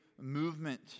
movement